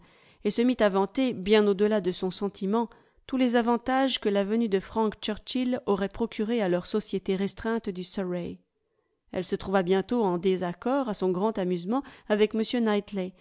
et se mit à vanter bien au delà de son sentiment tous les avantages que la venue de frank churchill aurait procurés à leur société restreinte du surrey elle se trouva bientôt en désaccord à son grand amusement avec